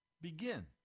begin